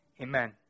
Amen